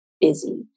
busy